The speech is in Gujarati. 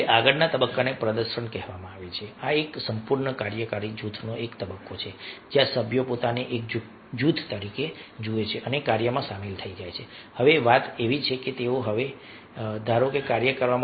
હવે આગળના તબક્કાને પ્રદર્શન કહેવામાં આવે છે આ એક સંપૂર્ણ કાર્યકારી જૂથનો એક તબક્કો છે જ્યાં સભ્યો પોતાને એક જૂથ તરીકે જુએ છે અને કાર્યમાં સામેલ થઈ જાય છે હવે વાત આવી છે કે તેઓ હવે છે ધારો કે કાર્ય કરવા